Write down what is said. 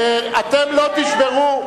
אתם לא תשברו,